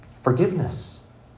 forgiveness